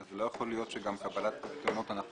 לא יכול להיות שגם קבלת פיקדונות אנחנו